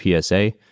PSA